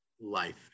life